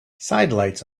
sidelights